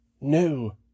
No